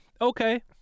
Okay